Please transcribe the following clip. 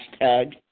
Hashtag